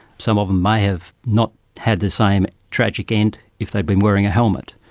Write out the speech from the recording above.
some of them may have not had the same tragic end if they'd been wearing a helmet.